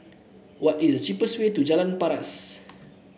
what is the cheapest way to Jalan Paras